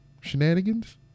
shenanigans